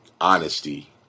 honesty